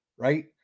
right